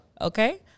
Okay